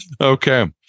okay